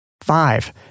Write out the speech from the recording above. Five